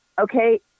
okay